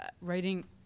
Writing